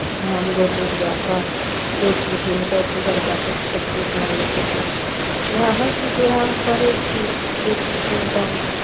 उएहमे गोट उपजा कऽ बेचि बिकिन कऽ गुजर काटै छी छोट किसान छी तऽ उएह हर चीज उएह हम करै छी बेचि बिकिन कऽ